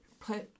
put